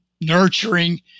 nurturing